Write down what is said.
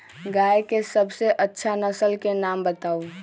गाय के सबसे अच्छा नसल के नाम बताऊ?